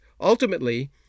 ultimately